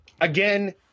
again